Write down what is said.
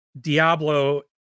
Diablo